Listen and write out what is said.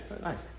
Nice